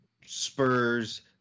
Spurs